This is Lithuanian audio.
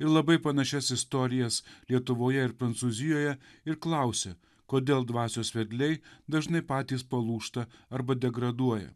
ir labai panašias istorijas lietuvoje ir prancūzijoje ir klausia kodėl dvasios vedliai dažnai patys palūžta arba degraduoja